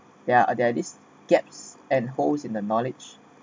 yeah they're this gaps and holes in the knowledge